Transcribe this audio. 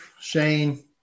Shane